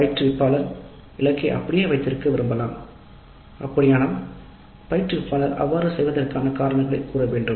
பயிற்றுவிப்பாளர் இலக்கை அப்படியே வைத்திருக்க விரும்பலாம் அப்படியானால் பயிற்றுவிப்பாளர் அவ்வாறு செய்வதற்கான காரணங்களைக் கூற வேண்டும்